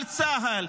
על צה"ל,